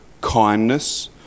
kindness